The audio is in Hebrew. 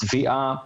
התביעה אושרה,